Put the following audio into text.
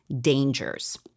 dangers